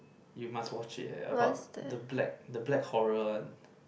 you must watch it eh about the black the black horror one